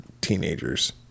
teenagers